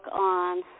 on